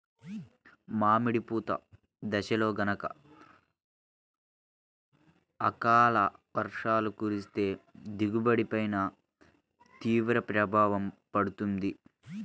మామిడి పూత దశలో గనక అకాల వర్షాలు కురిస్తే దిగుబడి పైన తీవ్ర ప్రభావం పడుతుంది